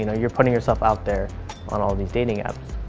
you know you're putting yourself out there on all these dating apps.